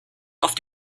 auf